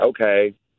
okay